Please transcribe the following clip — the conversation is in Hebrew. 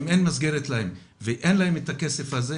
אם אין לילדים מסגרת ואין להם את הכסף לשלם,